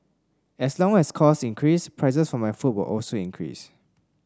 as long as costs increase prices for my food will also increase